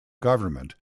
government